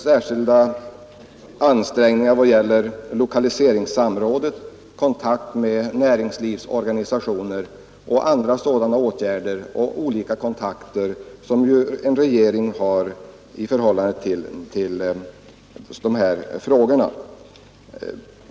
Särskilda ansträngningar kan göras när det gäller lokaliseringssamråd, kontakt med näringslivsorganisationer och olika andra sådana kontakter, som ju en regering har i samband med de här frågorna.